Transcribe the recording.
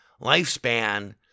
lifespan